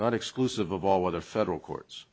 not exclusive of all other federal courts